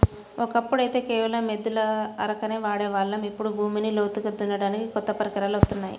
ఒకప్పుడైతే కేవలం ఎద్దుల అరకనే వాడే వాళ్ళం, ఇప్పుడు భూమిని లోతుగా దున్నడానికి కొత్త పరికరాలు వత్తున్నాయి